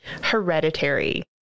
Hereditary